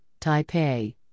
Taipei